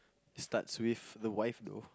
starts with the wife though